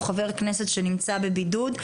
הוא חבר כנסת שנמצא בבידוד.